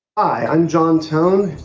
i'm john tone,